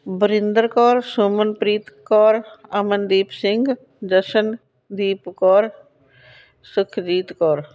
Barinder Kaur Sumanpreet Kaur Amandeep Singh Jashandeep Kaur Sukhjeet Kaur